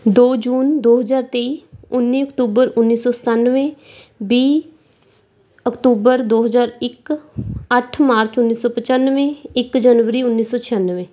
ਦੋ ਜੂਨ ਦੋ ਹਜ਼ਾਰ ਤੇਈ ਉੱਨੀ ਅਕਤੂਬਰ ਉੱਨੀ ਸੌ ਸਤਾਨਵੇਂ ਵੀਹ ਅਕਤੂਬਰ ਦੋ ਹਜ਼ਾਰ ਇੱਕ ਅੱਠ ਮਾਰਚ ਉੱਨੀ ਸੌ ਪਚਾਨਵੇਂ ਇੱਕ ਜਨਵਰੀ ਉੱਨੀ ਸੌ ਛਿਆਨਵੇਂ